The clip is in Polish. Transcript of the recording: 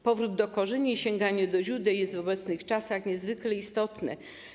Powrót do korzeni i sięganie do źródeł są w obecnych czasach niezwykle istotne.